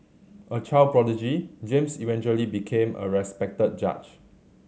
a child prodigy James eventually became a respected judge